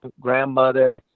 grandmother